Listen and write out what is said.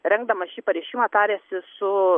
renkdamas šį pareiškimą tarėsi su